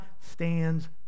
stands